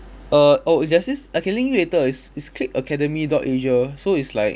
err oh there's this I can link you later it's it's click academy dot asia so it's like